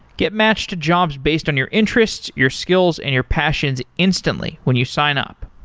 get matched to jobs based on your interests, your skills and your passions instantly when you sign up.